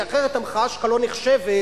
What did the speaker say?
כי אחרת המחאה שלך לא נחשבת,